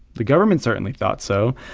the government certainly thought so.